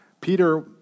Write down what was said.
Peter